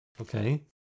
Okay